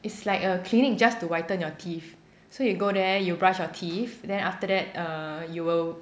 it's like a clinic just to whiten your teeth so you go there you brush your teeth then after that err you will